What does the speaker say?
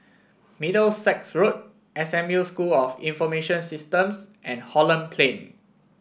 Middlesex Road S M U School of Information Systems and Holland Plain